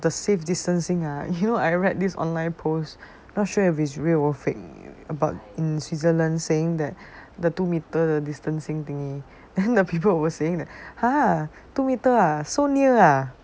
!wah! the safe distancing ah oh know I read this online posts not sure if is real or fake about switzerland saying that the two meter distancing thingy then people were saying that !huh! two meter ah so near ah